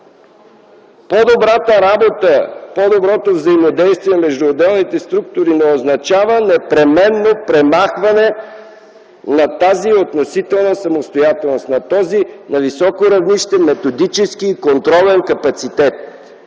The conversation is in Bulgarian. По-добрата работа, по-доброто взаимодействие между отделните структури не означава непременно премахване на тази относителна самостоятелност, на този, на високо равнище, методически контролен капацитет.